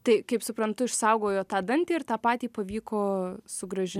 tai kaip suprantu išsaugojo tą dantį ir tą patį pavyko sugrąži